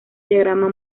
diagrama